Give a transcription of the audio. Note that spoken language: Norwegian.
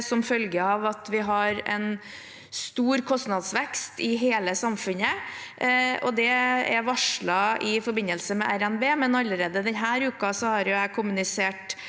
som følge av at vi har en stor kostnadsvekst i hele samfunnet. Det er varslet i forbindelse med revidert nasjonalbudsjett, men allerede denne uken har jeg kommunisert